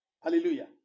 Hallelujah